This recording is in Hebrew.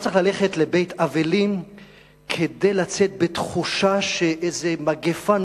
לא צריך ללכת לבית אבלים כדי לצאת בתחושה שאיזו מגפה